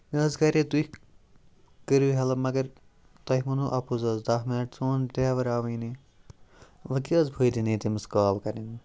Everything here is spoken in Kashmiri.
مےٚ حظ کَرے تُہی کٔرو ہیٚلٕپ مگر تۄہہِ وونوٕ اَپُز حظ دَہ مِنَٹ چونۍ ڈریوِر آوٕے نہٕ وۄنۍ کیاہ حظ فٲیدٕ نیرِ تٔمِس کال کَرٕنۍ